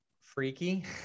freaky